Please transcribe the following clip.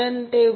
2 156